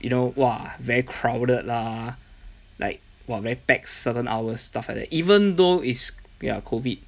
you know !wah! very crowded lah like !wah! very packed certain hours stuff like that even though is ya COVID